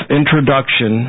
introduction